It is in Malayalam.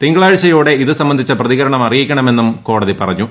തിങ്കളാഴ്ചയോടെ ഇതു സംബന്ധിച്ച പ്രതികരണം അറിയിക്കണമെന്നും കോടതി പറഞ്ഞു